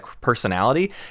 personality